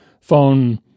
phone